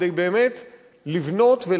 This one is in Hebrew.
כדי באמת לבנות,